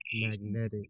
magnetic